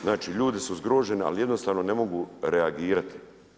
Znači ljudi su zgroženi, ali jednostavno ne mogu reagirati.